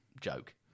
joke